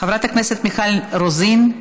חברת הכנסת מיכל רוזין,